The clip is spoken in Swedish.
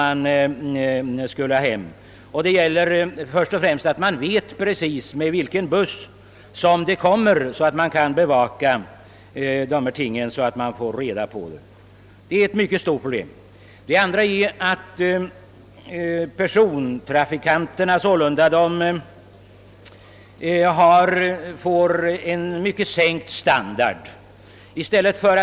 Man måste veta med vilken buss det paket som man väntar kommer. Vidare får trafikanterna vidkännas en sänkt standard.